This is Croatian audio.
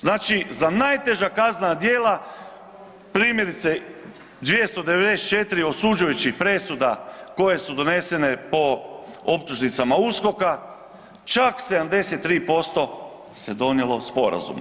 Znači za najteža kaznena djela, primjerice 294 osuđujućih presuda koje su donesene po optužnicama USKOK-a čak 73% se donijelo sporazumno.